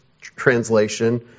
translation